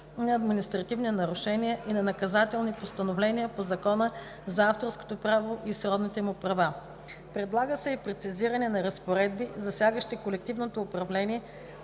на административни нарушения и на наказателни постановления по Закона за авторското право и сродните му права. Предлага се и прецизиране на разпоредби, засягащи колективното управление